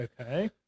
okay